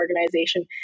organization